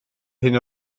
hyn